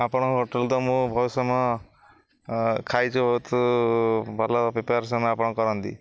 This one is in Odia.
ଆପଣଙ୍କ ହୋଟେଲରେ ତ ମୁଁ ବହୁତ ସମୟ ଖାଇଛି ବହୁତ ଭଲ ପ୍ରିପେୟାରେସନ୍ ଆପଣ କରନ୍ତି